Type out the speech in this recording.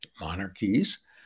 monarchies